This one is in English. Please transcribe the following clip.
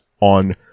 on